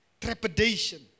trepidation